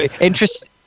Interesting